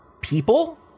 people